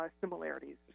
similarities